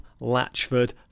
Latchford